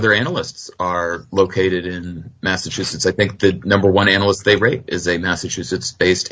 other analysts are located in massachusetts i think the number one analyst they rate is a massachusetts based